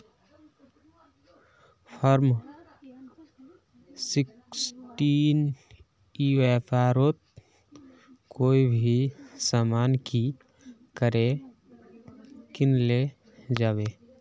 Form sixteen ई व्यापारोत कोई भी सामान की करे किनले जाबे?